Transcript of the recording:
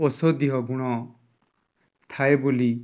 ଔଷଧିୀୟ ଗୁଣ ଥାଏ ବୋଲି